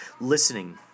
listening